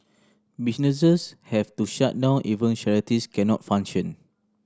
businesses have to shut down even charities cannot function